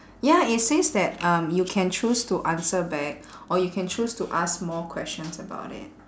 ya it says that um you can choose to answer back or you can choose to ask more questions about it